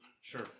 Sure